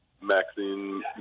Maxine